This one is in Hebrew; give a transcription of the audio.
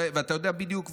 ואתה יודע בדיוק,